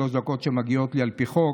בשלוש הדקות שמגיעות לי על פי חוק,